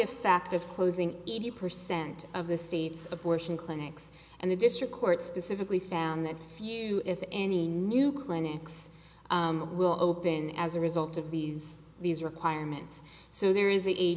effect of closing eighty percent of the seats abortion clinics and the district court specifically found that few if any new clinics will open as a result of these these requirements so there is a